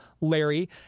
Larry